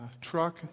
truck